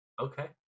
Okay